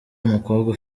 umukobwa